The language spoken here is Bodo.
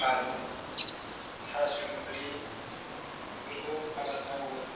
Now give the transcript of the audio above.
थारुन था सुमब्लि बेफोरखौ आबाद मावो